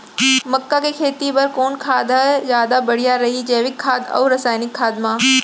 मक्का के खेती बर कोन खाद ह जादा बढ़िया रही, जैविक खाद अऊ रसायनिक खाद मा?